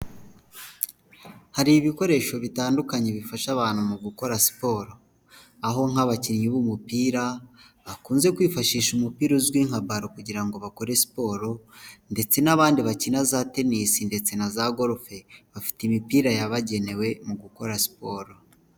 Hari ibikoresho bitandukanye, bifasha abantu mu gukora siporo. Aho nk'abakinnyi b'umupira bakunze kwifashisha umupira uzwi nka baro kugira ngo bakore siporo, ndetse n'abandi bakina za tenisi ndetse na za gorufe, bafite imipira yabagenewe mu gukora siporo.